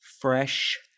Fresh